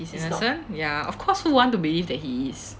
he's innocent ya of course who want to believe that he is